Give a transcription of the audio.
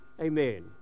Amen